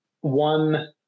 one